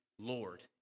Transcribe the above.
Lord